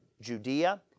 Judea